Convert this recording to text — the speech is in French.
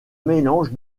mélange